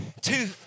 two